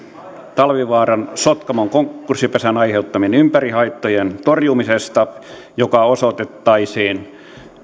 talvivaara sotkamon konkurssin aiheuttamien ympäristöhaittojen torjumisen määrärahoista ja se osoitettaisiin